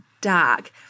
dark